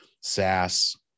SaaS